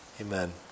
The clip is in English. Amen